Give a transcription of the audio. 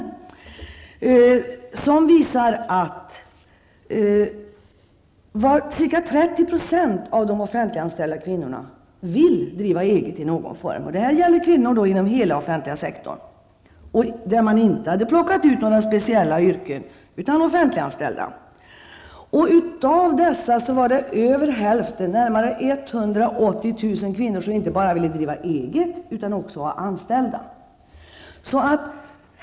Denna visar att ca 30 % av de offentliganställda kvinnnorna vill driva eget i någon form. Detta gäller kvinnorna inom hela den offentliga sektorn. Man hade alltså inte plockat ut några speciella yrken, utan det var fråga om offentliganställda. Av dessa 30 % var det över hälften, närmare 180 000 kvinnor, som inte bara ville driva eget utan också ha anställda.